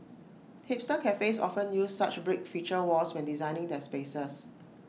hipster cafes often use such brick feature walls when designing their spaces